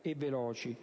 e veloci.